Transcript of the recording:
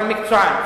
אבל מקצוען.